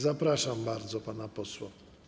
Zapraszam bardzo pana posła.